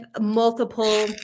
multiple